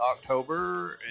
October